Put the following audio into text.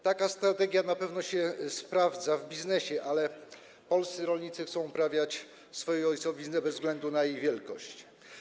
Taka strategia na pewno się sprawdza w biznesie, ale polscy rolnicy chcą uprawiać swoje ojcowizny bez względu na ich wielkość.